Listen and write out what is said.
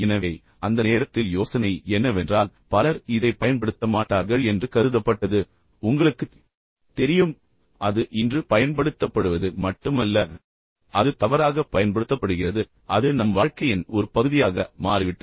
எனவே அந்த நேரத்தில் யோசனை என்னவென்றால் பலர் இதைப் பயன்படுத்த மாட்டார்கள் என்று கருதப்பட்டது ஆனால் உங்களுக்குத் தெரியும் அது இன்று பயன்படுத்தப்படுவது மட்டுமல்ல ஆனால் அது தவறாகப் பயன்படுத்தப்படுகிறது துஷ்பிரயோகம் செய்யப்படுகிறது பின்னர் அது நம் வாழ்க்கையின் ஒரு பகுதியாக மாறிவிட்டது